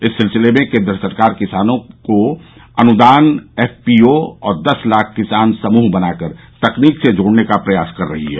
इस सिलसिले में केन्द्र सरकार किसानों को अनुदान एफपीओ और दस लाख किसान समूह बनाकर तकनीकी से जोड़ने का प्रयास कर रही है